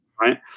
Right